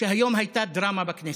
שהיום הייתה דרמה בכנסת.